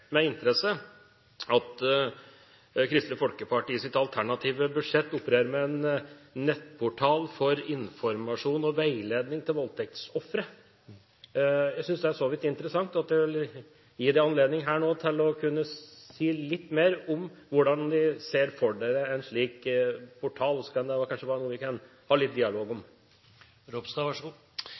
med interesse at Kristelig Folkepartis alternative budsjett opererer med en nettportal for informasjon og veiledning til voldtektsofre. Jeg synes det er så vidt interessant at jeg vil gi representanten anledning til å si litt mer om hvordan man ser for seg en slik portal – så kan det kanskje være noe vi kan ha en dialog om. Takk for en god